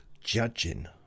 judging